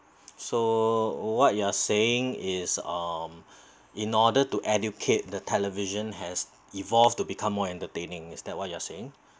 so what you are saying is um in order to educate the television has evolved to become more entertaining is that what you are saying